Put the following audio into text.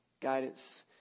guidance